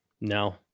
no